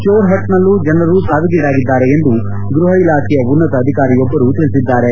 ಜೋರ್ಪಟ್ನಲ್ಲೂ ಜನರು ಸಾವಿಗೀಡಾಗಿದ್ದಾರೆ ಎಂದು ಗೃಹ ಇಲಾಖೆಯ ಉನ್ನತ ಅಧಿಕಾರಿಯೊಬ್ಬರು ತಿಳಿಸಿದ್ದಾರೆ